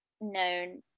known